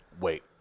wait